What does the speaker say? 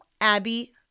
Abby